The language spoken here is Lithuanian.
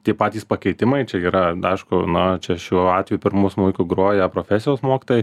tie patys pakeitimai čia yra aišku na čia šiuo atveju pirmu smuiku groja profesijos mokytojai